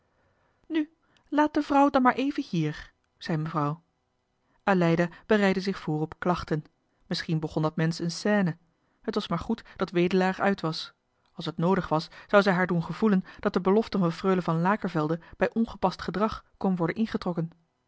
nu laat de vrouw dan maar even hier zei mevrouw aleida bereidde zich voor op klachten misschien begon dat mensch een scène het was maar goed dat wedelaar uit was als het noodig werd zou zij haar doen gevoelen dat de belofte van freule van lakervelde bij ongepast gedrag kon worden ingetrokken